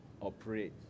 operate